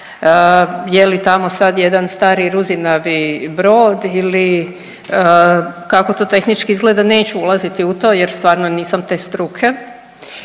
je li tamo sad jedan stari i ruzinavi brod ili kako to tehnički izgleda neću ulaziti u to jer stvarno nisam te struke,